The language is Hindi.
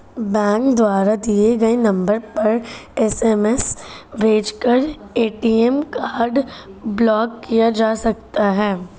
बैंक द्वारा दिए गए नंबर पर एस.एम.एस भेजकर ए.टी.एम कार्ड ब्लॉक किया जा सकता है